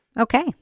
Okay